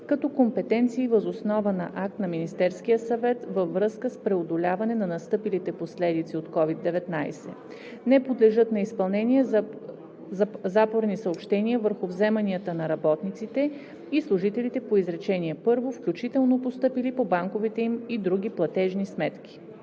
като компенсации въз основа на акт на Министерския съвет във връзка с преодоляване на настъпилите последици от COVID-19. Не подлежат на изпълнение запорни съобщения върху вземанията на работниците и служителите по изречение първо, включително постъпили по банковите им или други платежни сметки.“